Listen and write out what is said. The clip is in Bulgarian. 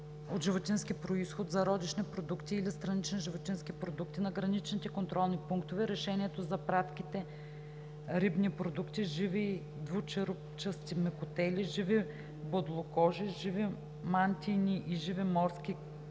от животински произход, зародишни продукти или странични животински продукти на граничните контролни пунктове, решението за пратките рибни продукти, живи двучерупчести мекотели, живи бодлокожи, живи мантийни и живи морски